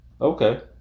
Okay